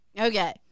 Okay